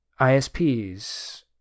ISPs